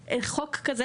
העברת חוק כזה,